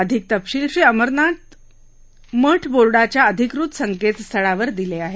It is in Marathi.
अधिक तपशील श्री अमरनाथ शाईन बोर्डाच्या अधिकृत संकेतस्थळावर दिले आहेत